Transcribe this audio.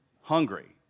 Hungry